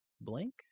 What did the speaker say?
blink